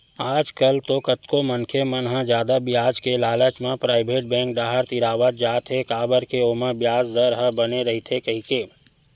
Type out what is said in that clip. आजकल तो कतको मनखे मन ह जादा बियाज के लालच म पराइवेट बेंक डाहर तिरावत जात हे काबर के ओमा बियाज दर ह बने रहिथे कहिके